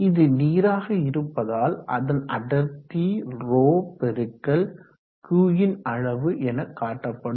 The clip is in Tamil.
இது நீராக இருப்பதினால் அதன் அடர்த்தி 𝜌 பெருக்கல் Q இன் அளவு எனக்காட்டப்படும்